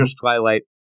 Twilight